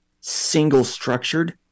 single-structured